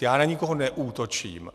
Já na nikoho neútočím.